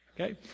Okay